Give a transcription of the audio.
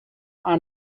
are